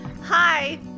Hi